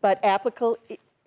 but applicable